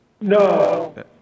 No